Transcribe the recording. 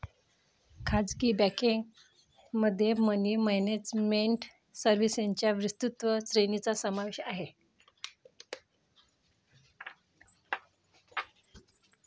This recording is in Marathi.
खासगी बँकेमध्ये मनी मॅनेजमेंट सर्व्हिसेसच्या विस्तृत श्रेणीचा समावेश आहे